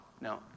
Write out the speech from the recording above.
No